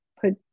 put